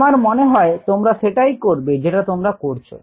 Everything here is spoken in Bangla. আমার মনে হয় তোমরা সেটাই করবে যেটা তোমরা করছো